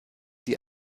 die